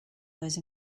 those